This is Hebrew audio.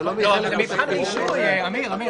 זה לא מתפקידנו, אמיר.